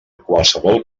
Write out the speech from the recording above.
qualsevol